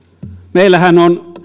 meillähän on